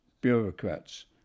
bureaucrats